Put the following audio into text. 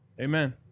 Amen